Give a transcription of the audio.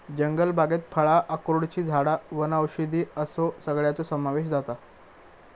जंगलबागेत फळां, अक्रोडची झाडां वनौषधी असो सगळ्याचो समावेश जाता